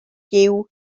giw